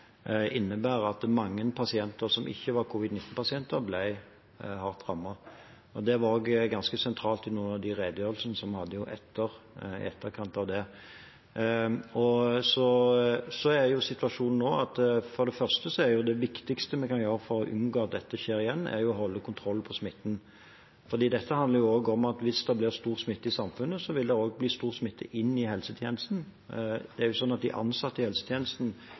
at mange pasienter som ikke var covid-19-pasienter, ble hardt rammet. Det var også ganske sentralt i noen av de redegjørelsene vi holdt i etterkant av det. Situasjonen nå er for det første at det viktigste vi kan gjøre for å unngå at dette skjer igjen, er å holde kontroll på smitten. Dette handler jo også om at hvis det blir stor smitte i samfunnet, vil det også bli stor smitte i helsetjenesten. De ansatte i helsetjenesten er jo ikke beskyttet mot den smitten som er ellers i